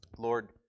Lord